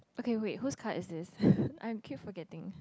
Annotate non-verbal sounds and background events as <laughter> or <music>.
okay wait whose card is this <laughs> I'm keep forgetting